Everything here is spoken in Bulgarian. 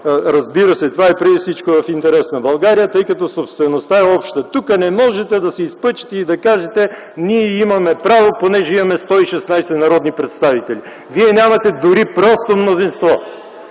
Разбира се, това е преди всички в интерес на България, защото собствеността е обща. Тук не можете да се изпъчите и да кажете: „Ние имаме право, понеже имаме 116 народни представители”. Вие нямате дори просто мнозинство,